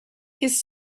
his